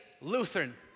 Lutheran